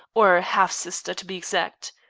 or half-sister, to be exact.